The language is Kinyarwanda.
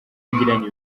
yagiranye